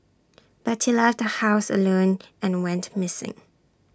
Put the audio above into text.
but he left the house alone and went missing